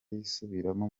yisubiramo